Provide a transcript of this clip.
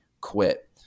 quit